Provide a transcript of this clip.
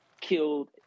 killed